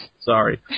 Sorry